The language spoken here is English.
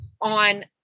on